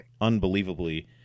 unbelievably